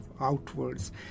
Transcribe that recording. outwards